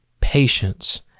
patience